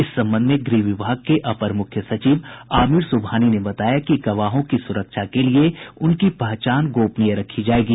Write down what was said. इस संबंध में गृह विभाग के अपर मुख्य सचिव आमिर सुबहानी ने बताया कि गवाहों की सुरक्षा के लिए उनकी पहचान गोपनीय रखी जायेगी